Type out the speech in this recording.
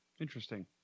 interesting